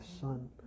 Son